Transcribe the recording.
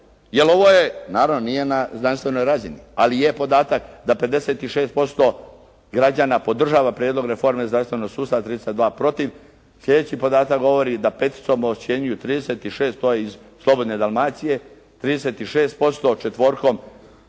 jel ovo je naravno nije na znanstvenoj razini, ali je podatak da 56% građana podržava prijedlog reforme zdravstvenog sustava 32 protiv. Sljedeći podatak govori da peticom ocjenjuju 36 i to iz "Slobodne Dalmacije" 36% četvorkom,